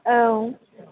औ